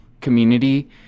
community